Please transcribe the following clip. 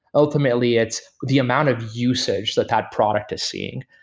ultimately, it's the amount of usage that that product is seeing.